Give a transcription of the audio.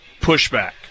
pushback